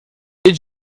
did